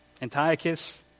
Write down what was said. Antiochus